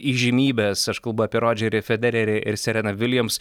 įžymybės aš kalbu apie rodžerį federerį ir seleną viliems